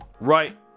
right